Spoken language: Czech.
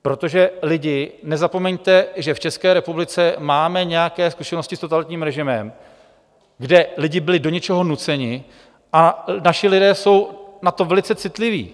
Protože lidi, nezapomeňte, že v České republice máme nějaké zkušenosti s totalitním režimem, kde lidi byli do něčeho nuceni, a naši lidé jsou na to velice citliví.